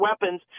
weapons